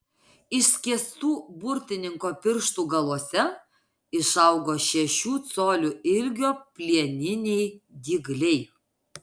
išskėstų burtininko pirštų galuose išaugo šešių colių ilgio plieniniai dygliai